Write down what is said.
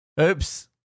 Oops